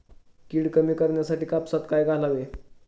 कीड कमी करण्यासाठी कापसात काय घालावे?